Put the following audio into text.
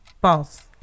false